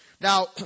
Now